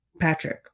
Patrick